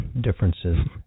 differences